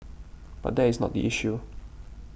but that is not the issue